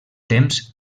temps